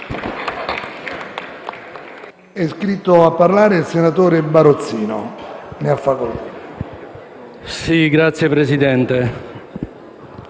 Grazie